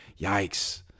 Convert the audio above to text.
Yikes